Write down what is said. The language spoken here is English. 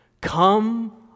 Come